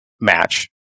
match